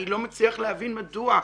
אני לא מצליח להבין מדוע,